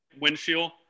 windshield